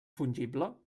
fungible